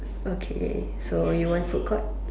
okay so you want food court